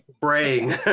praying